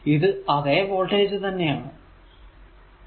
ഇത് അതേ വോൾടേജ് തന്നെ ആണ്